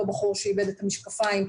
אותו בחור שאיבד את המשקפיים,